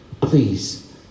please